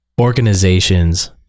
organizations